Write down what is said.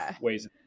ways